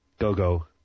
go-go